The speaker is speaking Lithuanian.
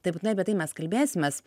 tai būtinai apie tai mes kalbėsimės